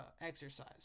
exercise